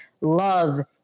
love